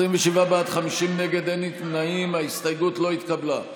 לא התקבלה.